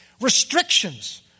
Restrictions